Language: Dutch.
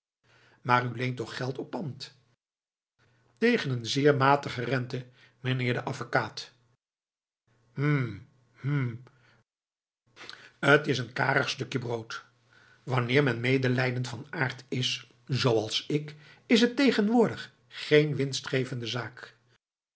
maar u leent toch geld op pand tegen een zeer matige rente meneer de avekaat hm hm t is een karig stukje brood wanneer men medelijdend van aard is zooals ik is het tegenwoordig geen winstgevende zaak